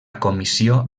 comissió